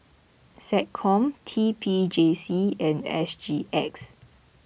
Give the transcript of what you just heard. SecCom T P J C and S G X